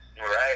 Right